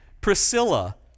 Priscilla